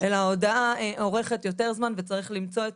אלא ההודעה אורכת יותר זמן וצריך למצוא את